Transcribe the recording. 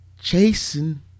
chasing